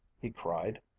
he cried.